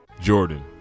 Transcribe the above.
Jordan